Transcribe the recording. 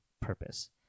purpose